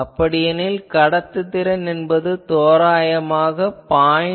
அப்படியெனில் கடத்துதிறன் என்பது தோராயமாக 0